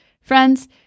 Friends